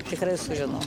tikrai sužinos